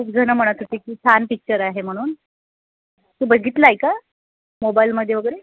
खूपजणं म्हणत होती की छान पिक्चर आहे म्हणून तू बघितला आहे का मोबाईलमध्ये वगैरे